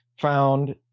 found